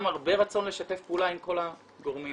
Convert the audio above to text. הרבה רצון לשתף פעולה עם כל הגורמים.